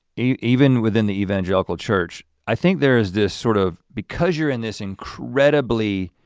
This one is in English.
even within the evangelical church, i think there is this sort of because you're in this incredibly